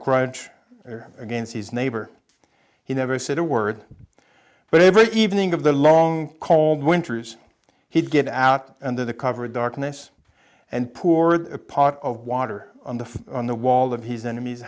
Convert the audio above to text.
grudge against his neighbor he never said a word but every evening of the long cold winters he'd get out into the cover of darkness and poor a pot of water on the on the wall of he's